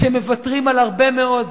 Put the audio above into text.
שמוותרים על הרבה מאוד,